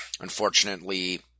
unfortunately